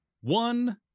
one